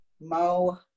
Mo